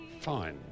fine